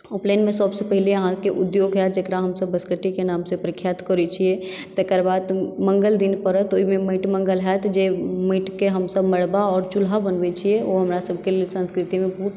उपनयनमे सभसँ पहिने अहाँकेँ उद्योग हैत जकरा हमसभ बँसकट्टीके नामसँ प्रख्यात करैत छियै तकर बाद मङ्गल पड़ल तऽ ओहिमे माटिमङ्गल हैत जे माटिके हमसभ मड़वा आओर चुल्हा बनबैत छियै ओ हमरासभके लेल संस्कृतिमे बहुत